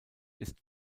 ist